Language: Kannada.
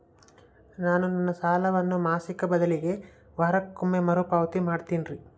ನಾನು ನನ್ನ ಸಾಲವನ್ನು ಮಾಸಿಕ ಬದಲಿಗೆ ವಾರಕ್ಕೊಮ್ಮೆ ಮರುಪಾವತಿ ಮಾಡ್ತಿನ್ರಿ